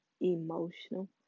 emotional